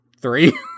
three